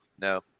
No